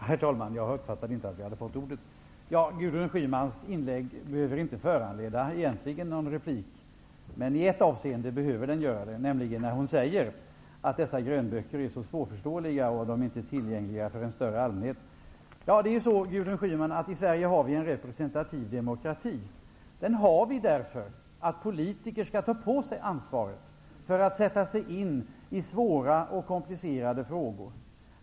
Herr talman! Gudrun Schymans inlägg behöver egentligen inte föranleda någon replik förutom i ett avseende. Hon säger att dessa grönböcker är så svårförståeliga och att de inte är tillgängliga för en bredare allmänhet. Det är ju så, Gudrun Schyman, att vi i Sverige har en representativ demokrati. Den har vi därför att politiker skall ta på sig ansvaret för att sätta sig in i svåra och komplicerade frågor.